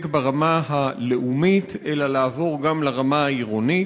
ברמה הלאומית אלא לעבור גם לרמה העירונית.